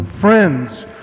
friends